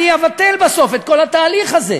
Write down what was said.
אני אבטל בסוף את כל התהליך הזה.